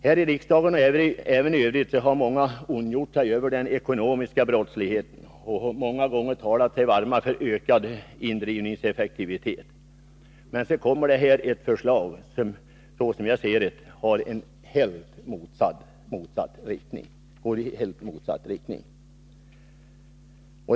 Här i riksdagen och även i övrigt har många ondgjort sig över den ekonomiska brottsligheten och ofta talat sig varma för ökad indrivningseffektivitet. Och så kommer ett förslag som, såsom jag ser det, verkar i motsatt riktning.